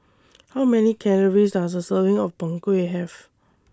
How Many Calories Does A Serving of Png Kueh Have